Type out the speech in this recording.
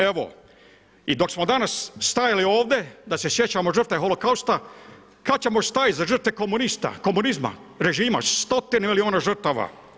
Evo, i dok smo danas stajali ovdje, da se sjećamo žrtve Holokausta, kad ćemo stajati za žrtve komunista, režima, stotine milijuna žrtava.